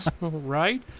Right